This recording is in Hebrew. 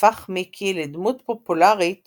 הפך מיקי לדמות פופולרית